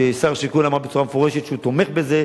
ושר השיכון אמר בצורה מפורשת שהוא תומך בזה,